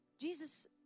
Jesus